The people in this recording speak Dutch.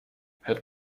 het